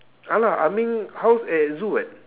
ah lah ah ming house at zoo eh